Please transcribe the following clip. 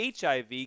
HIV